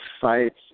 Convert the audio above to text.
fights